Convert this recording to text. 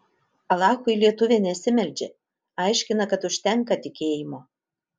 alachui lietuvė nesimeldžia aiškina kad užtenka tikėjimo